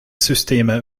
systeme